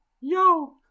yo